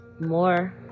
more